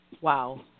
Wow